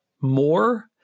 more